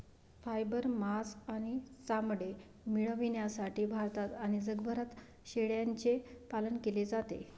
fibre, मांस आणि चामडे मिळविण्यासाठी भारतात आणि जगभरात शेळ्यांचे पालन केले जाते